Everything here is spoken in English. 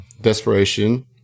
Desperation